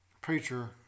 preacher